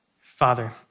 Father